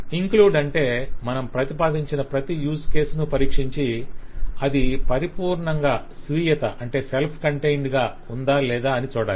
include అంటే మనం ప్రతిపాదించిన ప్రతి యూజ్ కేస్ ని పరీక్షించి అది పరిపూర్ణంగా స్వీయత కలిగి ఉందా లేదా అని చూడాలి